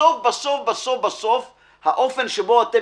בסוף בסוף בסוף בסוף האופן שבו אתם